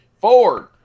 Ford